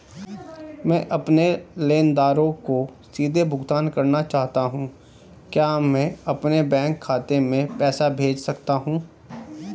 मैं अपने लेनदारों को सीधे भुगतान करना चाहता हूँ क्या मैं अपने बैंक खाते में पैसा भेज सकता हूँ?